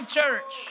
church